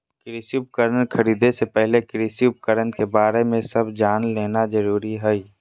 कृषि उपकरण खरीदे से पहले कृषि उपकरण के बारे में सब जान लेना जरूरी हई